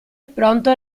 pronto